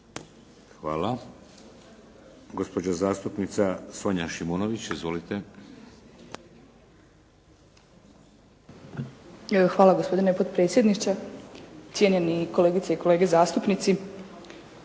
Hvala. Gospođa zastupnica Sonja Šimunović. Izvolite. **Šimunović, Sonja (SDP)** Hvala gospodine potpredsjedniče. Cijenjeni kolegice i kolege zastupnici